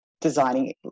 designing